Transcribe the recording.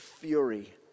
fury